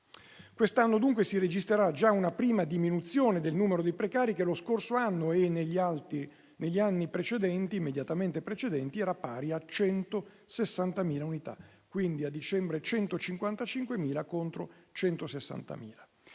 Quest'anno, dunque, si registrerà già una prima diminuzione del numero dei precari che lo scorso anno e negli anni immediatamente precedenti era pari a 160.000 unità. Quindi a dicembre saranno 155.000 contro 160.000.